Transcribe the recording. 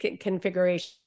configuration